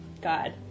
God